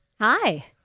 Hi